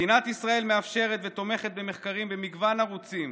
מדינת ישראל מאפשרת ותומכת במחקרים במגוון ערוצים: